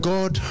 God